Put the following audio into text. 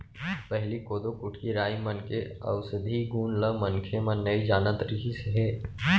पहिली कोदो, कुटकी, राई मन के अउसधी गुन ल मनखे मन नइ जानत रिहिस हे